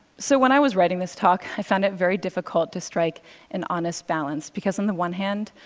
so when i was writing this talk, i found it very difficult to strike an honest balance, because on the one hand,